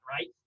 right